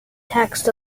texts